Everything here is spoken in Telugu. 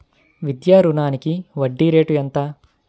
విద్యా రుణానికి వడ్డీ రేటు ఎంత?